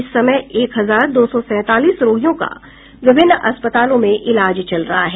इस समय एक हजार दो सौ सैंतालीस रोगियों का विभिन्न अस्पतालों में इलाज चल रहा है